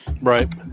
Right